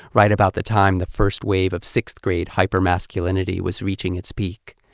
right about the time the first wave of sixth-grade hypermasculinity was reaching its peak.